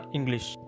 English